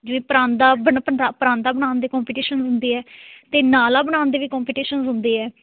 ਜਿਵੇਂ ਪਰਾਂਦਾ ਪਰਾਂਦਾ ਬਣਾਉਣ ਦੇ ਕੋਪੀਟੀਸ਼ਨ ਹੁੰਦੇ ਹੈ ਅਤੇ ਨਾਲਾ ਬਣਾਉਣ ਦੇ ਵੀ ਕੋਪੀਟੀਸ਼ਨਸ ਹੁੰਦੇ ਹੈ